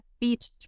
beach